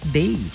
day